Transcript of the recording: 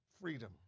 freedom